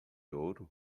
ouro